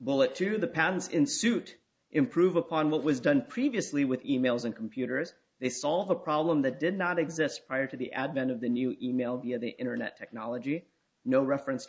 bullet to the pants ensuite improve upon what was done previously with emails and computers they solve a problem that did not exist prior to the advent of the new email via the internet technology no reference to